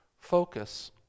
focus